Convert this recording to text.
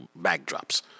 backdrops